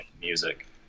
music